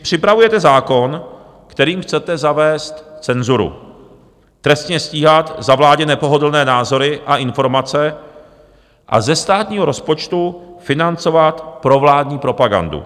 Připravujete zákon, kterým chcete zavést cenzuru, trestně stíhat za vládě nepohodlné názory a informace a ze státního rozpočtu financovat provládní propagandu.